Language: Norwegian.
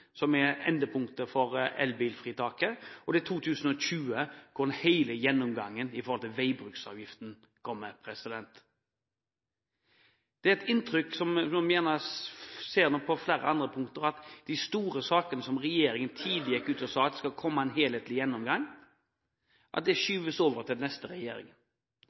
som er endepunktet for elbilfritaket, og det er 2020, når hele gjennomgangen av veibruksavgiften kommer. Et inntrykk som en gjerne får når det gjelder flere andre punkter, er at de store sakene som regjeringen tidlig gikk ut og sa at det skulle komme en helhetlig gjennomgang av, skyves over til neste regjering.